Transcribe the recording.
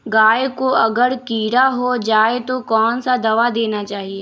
गाय को अगर कीड़ा हो जाय तो कौन सा दवा देना चाहिए?